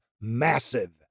massive